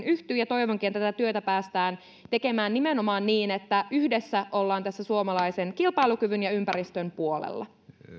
yhtyy ja toivonkin että tätä työtä päästään tekemään nimenomaan niin että yhdessä ollaan tässä suomalaisen kilpailukyvyn ja ympäristön puolella